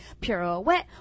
pirouette